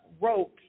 wrote